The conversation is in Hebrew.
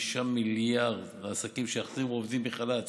מיליארד ש"ח לעסקים שיחזירו עובדים מחל"ת